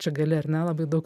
čia gali ar ne labai daug